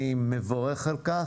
אני מברך על כך.